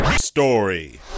story